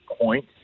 point